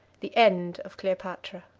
the end of cleopatra.